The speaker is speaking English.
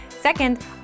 Second